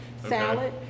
salad